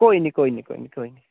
कोई निं कोई निं कोई निं कोई निं